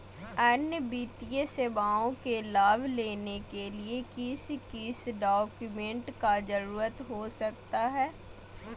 अन्य वित्तीय सेवाओं के लाभ लेने के लिए किस किस डॉक्यूमेंट का जरूरत हो सकता है?